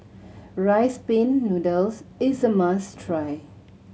Rice Pin Noodles is a must try